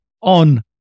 on